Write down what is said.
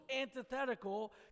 antithetical